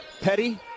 Petty